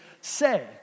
say